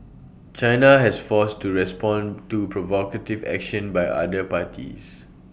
China has forced to respond to provocative action by other parties